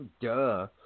Duh